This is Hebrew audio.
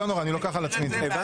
לא נורא, אני לוקח על עצמי את זה.